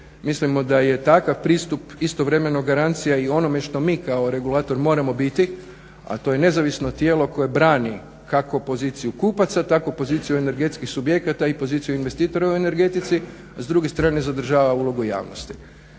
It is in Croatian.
Mislimo da je takav pristup istovremeno garancija i onome što mi kao regulator moramo biti, a to je nezavisno tijelo koje brani kako poziciju kupaca, tako poziciju energetskih subjekata i poziciju investitora u energetici, a s druge strane zadržava ulogu javnosti.